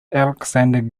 alexander